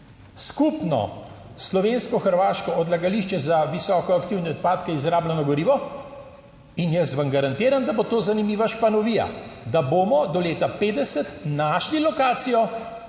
skupno slovensko hrvaško odlagališče za visoko aktivne odpadke izrabljeno gorivo in jaz vam garantiram, da bo to zanimiva španovija, da bomo do leta 2050 našli lokacijo,